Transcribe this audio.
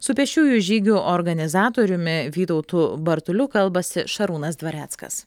su pėsčiųjų žygių organizatoriumi vytautu bartuliu kalbasi šarūnas dvareckas